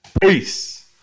Peace